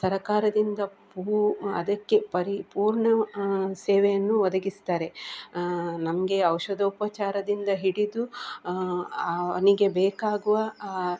ಸರಕಾರದಿಂದ ಪೂ ಅದಕ್ಕೆ ಪರಿಪೂರ್ಣ ಸೇವೆಯನ್ನು ಒದಗಿಸ್ತಾರೆ ನಮಗೆ ಔಷಧೋಪಚಾರದಿಂದ ಹಿಡಿದು ಅವನಿಗೆ ಬೇಕಾಗುವ